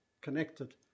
connected